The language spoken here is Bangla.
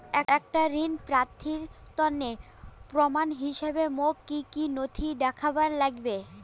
একটা ঋণ প্রাপ্তির তন্ন প্রমাণ হিসাবে মোক কী কী নথি দেখেবার নাগিবে?